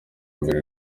mbere